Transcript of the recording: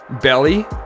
Belly